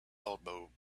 elbowed